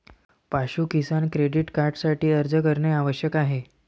पाशु किसान क्रेडिट कार्डसाठी अर्ज करणे आवश्यक आहे